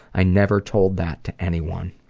i never told that to anyone.